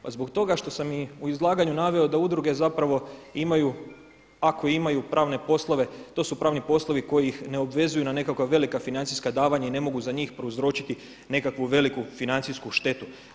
Pa zbog toga što sam i u izlaganju naveo da udruge imaju ako imaju pravne poslove, to su pravni poslovi koji ih ne obvezuju na nekakva velika financijska davanja i ne mogu za njih prouzročiti nekakvu veliku financijsku štetu.